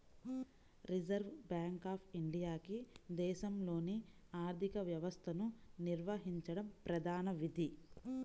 reserve bank of ఇండియాకి దేశంలోని ఆర్థిక వ్యవస్థను నిర్వహించడం ప్రధాన విధి